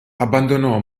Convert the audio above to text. abbandonò